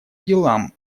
делам